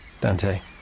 Dante